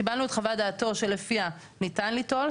קיבלנו את חוות דעתו שלפיה ניתן ליטול,